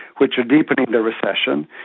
which are deepening the recession.